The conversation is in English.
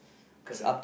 correct